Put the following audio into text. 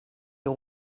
you